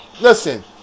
listen